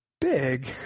big